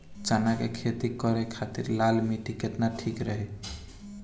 चना के खेती करे के खातिर लाल मिट्टी केतना ठीक रही?